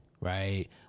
right